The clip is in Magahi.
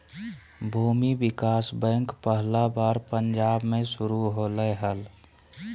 भूमि विकास बैंक पहला बार पंजाब मे शुरू होलय हल